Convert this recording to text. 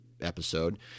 episode